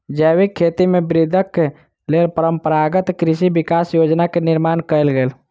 जैविक खेती में वृद्धिक लेल परंपरागत कृषि विकास योजना के निर्माण कयल गेल